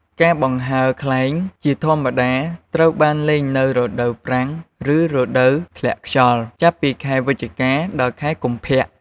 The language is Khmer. ការបង្ហើរខ្លែងជាធម្មតាត្រូវបានលេងនៅ រដូវប្រាំង ឬ រដូវធ្លាក់ខ្យល់ ចាប់ពីខែវិច្ឆិកា ដល់ខែកុម្ភៈ។